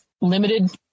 limited